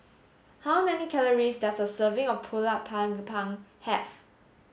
how many calories does a serving of Pulut panggang have